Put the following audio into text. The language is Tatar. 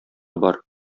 бар